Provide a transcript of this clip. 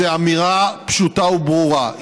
זו אמירה פשוטה וברורה: